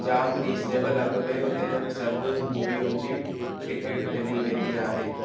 जामु रिज़नेबल अघ में हुते सभु मूवियुनि जी टिकेट मिली वेंदी आहे